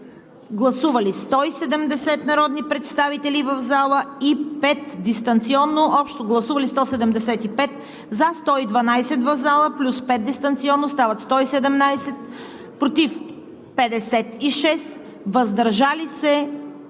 Гласували 170 народни представители в залата и 5 дистанционно – общо 175; за 112 в залата плюс 5 дистанционно – 117, против 56, въздържали се 2.